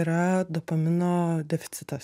yra dopamino deficitas